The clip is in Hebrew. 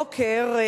הבוקר,